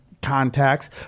contacts